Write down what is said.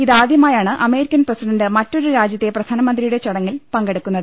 ഇതാദ്യമായാണ് American president മറ്റൊരു രാജ്യത്തെ പ്രധാനമന്ത്രിയുടെ ചട ങ്ങിൽ പങ്കെടുക്കുന്നത്